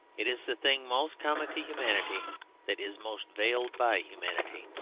it is the thing most common to humanity that is most veiled by humanity.